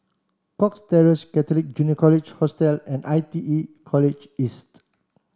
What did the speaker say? Cox Terrace Catholic Junior College Hostel and I T E College East